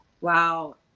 Wow